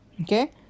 okay